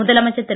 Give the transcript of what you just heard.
முதலமைச்சர் திரு